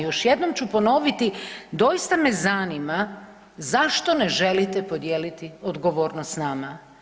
Još jednom ću ponoviti, doista me zanima zašto ne želite podijeliti odgovornost s nama?